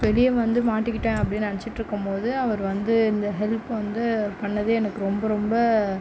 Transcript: வெளியே வந்து மாட்டிக்கிட்டேன் அப்படின்னு நினச்சிட்ருக்கும் போது அவர் வந்து இந்த ஹெல்ப் வந்து பண்ணது எனக்கு ரொம்ப ரொம்ப